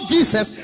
Jesus